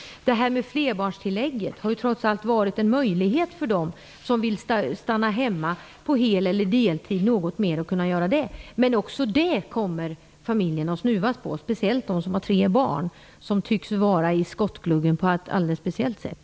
Detta med flerbarnstillägget har trots allt inneburit en möjlighet för dem som vill stanna hemma på hel eller deltid. Men också detta kommer familjerna att snuvas på, särskilt de familjer som har tre barn, vilka tycks vara i skottgluggen på ett alldeles speciellt sätt.